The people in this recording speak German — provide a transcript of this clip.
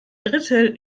drittel